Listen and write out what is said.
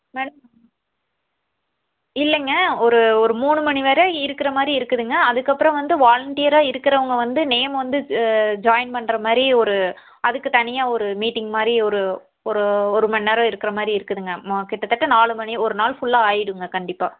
madam இல்லைங்க ஒரு ஒரு மூணு மணி வர இருக்கிற மாதிரி இருக்குதுங்க அதுக்கப்புறோம் வந்து வாலண்டியராக இருக்குறவங்க வந்து நேம் வந்து ஜாயின் பண்ணுற மாதிரி ஒரு அதுக்கு தனியாக ஒரு மீட்டிங் மாதிரி ஒரு ஒரு ஒரு மண் நேரம் இருக்கிற மாதிரி இருக்குதுங்க கிட்டத்தட்ட நாலு மணி ஒரு நாள் ஃபுல்லாக ஆயிடுங்க கண்டிப்பாக